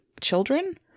children